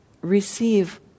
receive